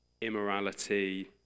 immorality